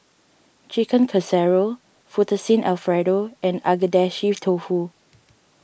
Chicken Casserole Fettuccine Alfredo and Agedashi Dofu